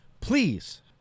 please